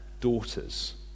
daughters